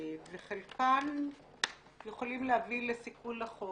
וחלקן יכולות להביא לסיכול החוק.